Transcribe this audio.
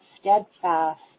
steadfast